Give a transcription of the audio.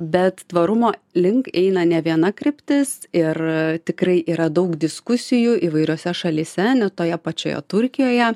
bet tvarumo link eina ne viena kryptis ir tikrai yra daug diskusijų įvairiose šalyse net toje pačioje turkijoje